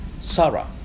Sarah